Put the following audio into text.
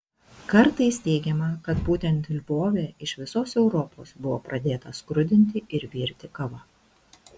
kartais teigiama kad būtent lvove iš visos europos buvo pradėta skrudinti ir virti kava